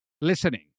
listening